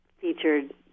featured